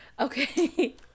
Okay